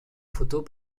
photos